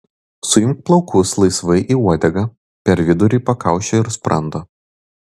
suimk plaukus laisvai į uodegą per vidurį pakaušio ir sprando